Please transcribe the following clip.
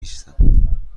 نیستم